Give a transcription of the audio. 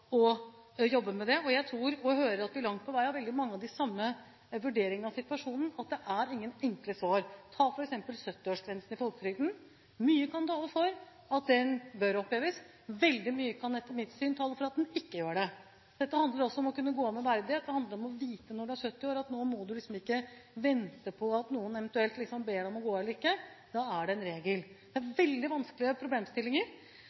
med det. Jeg tror – og hører – at vi langt på vei har veldig mange av de samme vurderingene av situasjonen, at det er ingen enkle svar. Ta f.eks. 70-årsgrensen i folketrygden: Mye kan tale for at den bør oppheves, veldig mye kan, etter mitt syn, tale for at den ikke bør det. Dette handler også om å kunne gå av med verdighet. Det handler om å vite at når du er 70 år, må du ikke vente på at noen eventuelt ber deg om å gå av eller ikke, da er det en regel. Det